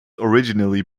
originally